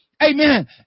Amen